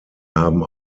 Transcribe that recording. haben